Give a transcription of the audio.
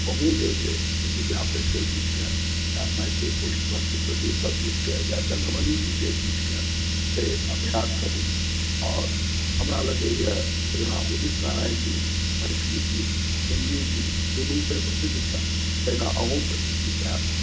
तऽ अहुँ जे छै से विद्यापतिके गीतके या मैथिलि पुत्र प्रदीपक गीतके या चन्द्रमणी जीके गीतके से अभ्यास करु आओर हमरा लगैया जेना उदित नारायण जी मैथिलि गीत हिन्दी गीत दुनूसँ प्रसिद्ध छथि तहिना अहुँ प्रसिद्धि पायब